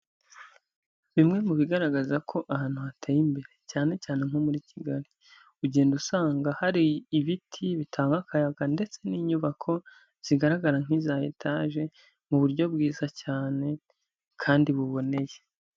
Bimwe mu bigaragaza ko ahantu hateye imbere, cyane cyane nko muri Kigali, ugenda usanga hari ibiti bitanga akayaga ndetse n'inyubako zigaragara nk'iza etaje, mu buryo bwiza cyane kandi buboneye.